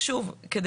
כדי